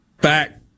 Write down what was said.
back